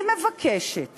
אני מבקשת